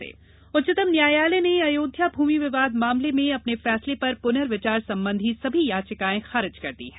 अयोध्या उच्च्तम न्यायालय ने अयोध्या भूमि विवाद मामले में अपने फैसले पर पुनर्विचार संबंधी सभी याचिकाएं खारिज कर दी हैं